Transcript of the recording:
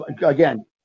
again